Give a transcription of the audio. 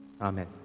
Amen